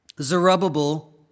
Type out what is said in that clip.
Zerubbabel